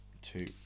two